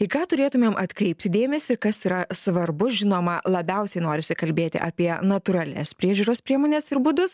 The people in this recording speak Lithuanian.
į ką turėtumėm atkreipti dėmesį ir kas yra svarbu žinoma labiausiai norisi kalbėti apie natūralias priežiūros priemones ir būdus